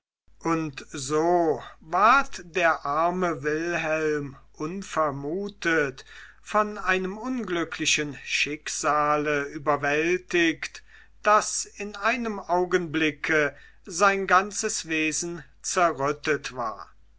und so ward der arme wilhelm unvermutet von einem unglücklichen schicksale überwältigt daß in einem augenblicke sein ganzes wesen zerrüttet war